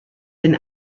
den